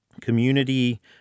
community